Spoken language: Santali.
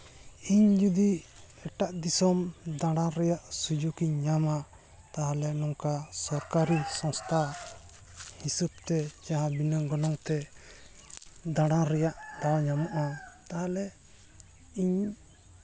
ᱤᱧ ᱡᱩᱫᱤ ᱮᱴᱟᱜ ᱫᱤᱥᱚᱢ ᱫᱟᱬᱟ ᱨᱮᱭᱟᱜ ᱥᱩᱡᱳᱜᱽ ᱤᱧ ᱧᱟᱢᱟ ᱛᱟᱦᱞᱮ ᱱᱚᱝᱠᱟ ᱥᱚᱨᱠᱟᱨ ᱨᱮᱱᱟᱜ ᱥᱚᱝᱥᱛᱷᱟ ᱦᱤᱥᱟᱹᱵᱽ ᱛᱮ ᱡᱟᱦᱟᱸ ᱵᱤᱱᱟᱹ ᱜᱚᱱᱚᱝ ᱛᱮ ᱫᱟᱬᱟ ᱨᱮᱭᱟᱜ ᱫᱟᱣ ᱛᱟᱦᱮᱱᱟ ᱛᱟᱦᱞᱮ ᱤᱧ